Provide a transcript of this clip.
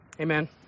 Amen